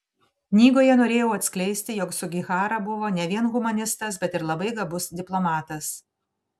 knygoje norėjau atskleisti jog sugihara buvo ne vien humanistas bet ir labai gabus diplomatas